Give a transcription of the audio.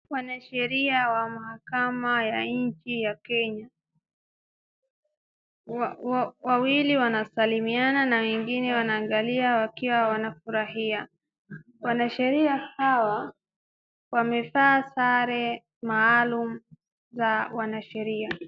Wanasheria wa mahakama ya nchi ya Kenya. Wawili wanasalimiana na wengine wanaangalia wakiwa wanafurahia. Wanasheria hawa wamevaa sare maalum za wanasheria.